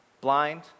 Blind